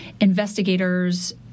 investigators